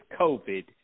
COVID